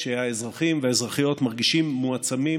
שהאזרחים והאזרחיות מרגישים מועצמים,